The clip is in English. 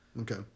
okay